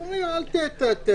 הם אומרים: אל תכבידו.